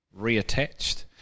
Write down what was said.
reattached